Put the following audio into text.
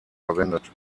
verwendet